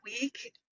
week